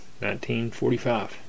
1945